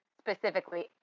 specifically